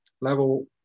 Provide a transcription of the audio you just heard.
Level